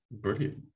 brilliant